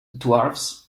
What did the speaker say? dwarves